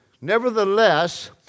Nevertheless